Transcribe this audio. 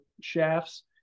shafts